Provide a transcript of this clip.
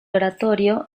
oratorio